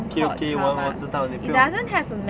okay okay 我我知道你不用